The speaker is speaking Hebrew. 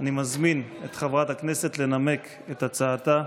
אני מזמין את חברת הכנסת לנמק את הצעתה.